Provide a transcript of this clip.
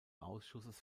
ausschusses